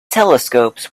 telescopes